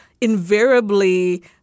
invariably—